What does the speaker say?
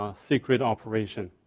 um secret operation.